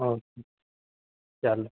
okay ચાલો